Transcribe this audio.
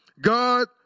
god